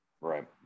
Right